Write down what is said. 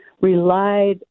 relied